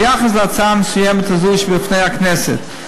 ביחס להצעה המסוימת הזו שבפני הכנסת,